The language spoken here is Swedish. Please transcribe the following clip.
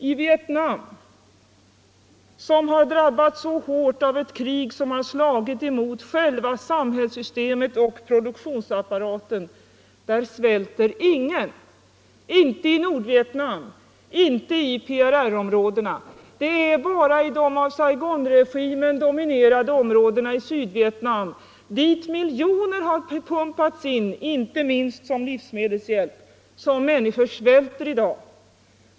I Vietnam, som har drabbats så hårt av ett krig som slagit mot själva samhällssystemet och produktionsapparaten, svälter ingen, inte i Nordvietnam och inte i PRR-områdena. Det är bara i de av Saigonregimen dominerade områdena i Sydvietnam, dit miljoner har pumpats in inte minst som livsmedelshjälp, som människor svälter i dag.